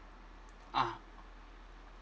ah